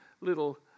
little